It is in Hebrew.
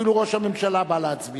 אפילו ראש הממשלה בא להצביע.